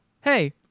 hey